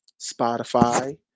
Spotify